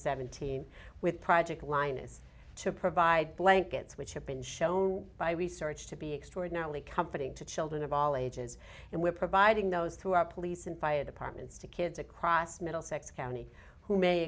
seventeen with project line is to provide blankets which have been shown by research to be extraordinarily comforting to children of all ages and we're providing those through our police and fire departments to kids across middlesex county who may